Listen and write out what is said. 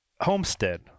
homestead